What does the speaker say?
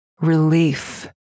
relief